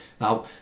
Now